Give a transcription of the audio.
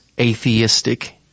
atheistic